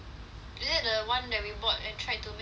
is it the one that we bought and tried to make the